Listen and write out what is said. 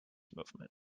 movement